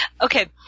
Okay